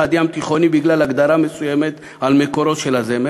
"ים-תיכוני" בגלל הגדרה מסוימת של מקורו של הזמר,